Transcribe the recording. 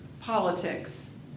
politics